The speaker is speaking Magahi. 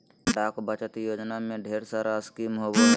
डाक बचत योजना में ढेर सारा स्कीम होबो हइ